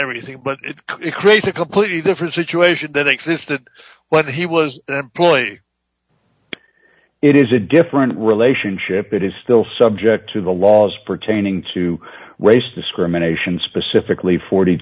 everything but it creates a completely different situation that existed when he was an employee it is a different relationship it is still subject to the laws pertaining to race discrimination specifically forty